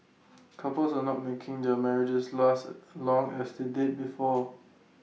couples are not making their marriages last long as they did before